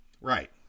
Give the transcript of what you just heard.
Right